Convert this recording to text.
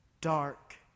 dark